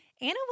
Anna